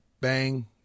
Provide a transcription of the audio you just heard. Bang